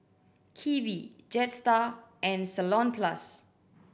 Kiwi Jetstar and Salonpas